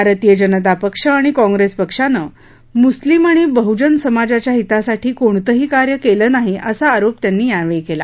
भारतीय जनता पक्ष आणि काँप्रेस पक्षानं मुस्लिम आणि बहुजन समाजाच्या हीतासाठी कोणतंही कार्य केलं नाही असा आरोप त्यांनी यावेळी केला